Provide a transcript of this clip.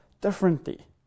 differently